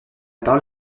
parole